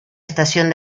estación